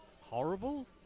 Horrible